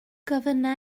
gofynna